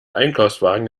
einkaufswagen